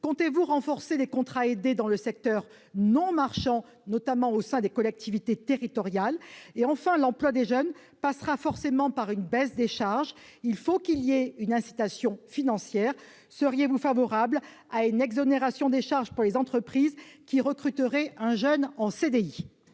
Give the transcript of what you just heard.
Comptez-vous renforcer les contrats aidés dans le secteur non marchand, notamment au sein des collectivités territoriales ? Enfin, l'emploi des jeunes passera forcément par une baisse des charges. Il faut qu'il y ait une incitation financière. À cet égard, seriez-vous favorable à une exonération des charges pour les entreprises qui recruteraient un jeune en CDI ?